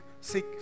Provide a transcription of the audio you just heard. seek